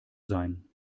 sein